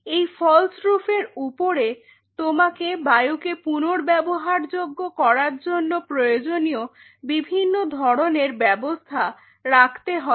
এইরকম ফল্স্ রুফের উপরে তোমাকে বায়ুকে পুনর্ব্যবহারযোগ্য করার জন্য প্রয়োজনীয় বিভিন্ন ধরনের ব্যবস্থা রাখতে হবে